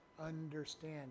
understand